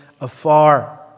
afar